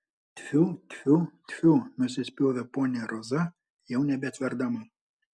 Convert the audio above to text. tfiu tfiu tfiu nusispjovė ponia roza jau nebetverdama